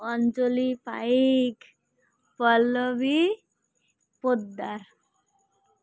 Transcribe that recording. Anjali Paik Pallavi Poddar